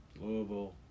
Louisville